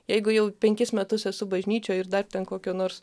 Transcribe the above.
jeigu jau penkis metus esu bažnyčioj ir dar ten kokio nors